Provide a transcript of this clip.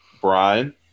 Brian